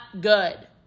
good